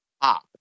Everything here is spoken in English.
pop